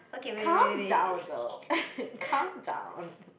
calm down girl calm down